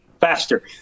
Faster